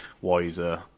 wiser